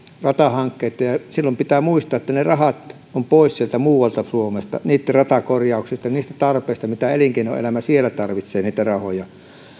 ratahankkeita ja silloin pitää muistaa että ne rahat ovat pois sieltä muualta suomesta niitten ratakorjauksista ja niistä tarpeista mitä elinkeinoelämä siellä tarvitsee niitä rahoja